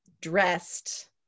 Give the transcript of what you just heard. dressed